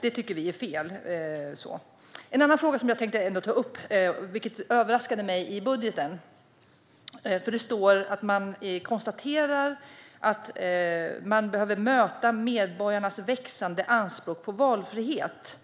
Det tycker vi är fel. En annan fråga som jag tänkte ta upp är något som överraskade mig i budgeten. Det står att man konstaterar att man behöver möta medborgarnas växande anspråk på valfrihet.